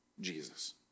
Jesus